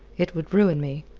it would ruin me.